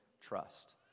trust